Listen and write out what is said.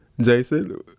jason